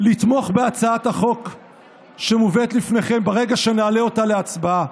לתמוך בהצעת החוק שמובאת לפניכם ברגע שנעלה אותה להצבעה.